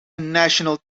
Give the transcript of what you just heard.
national